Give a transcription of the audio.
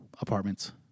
apartments